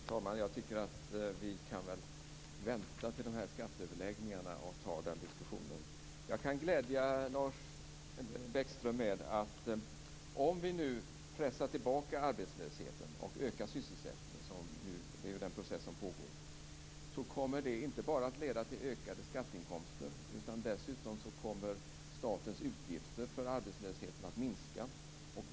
Fru talman! Jag tycker att vi väl kan vänta till skatteöverläggningarna med att ta upp den diskussionen. Jag kan glädja Lars Bäckström med att om vi nu pressar tillbaka arbetslösheten och ökar sysselsättningen, vilket är den process som nu pågår, kommer det inte bara att leda till ökade skatteinkomster, utan dessutom kommer också statens utgifter för arbetslösheten att minska.